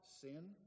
sin